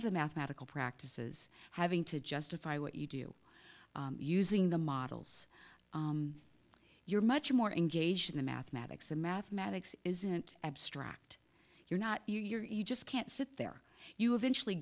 of the mathematical practices having to justify what you do using the models you're much more engaged in the mathematics of mathematics isn't abstract you're not you you're just can't sit there you eventually